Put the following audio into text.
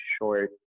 short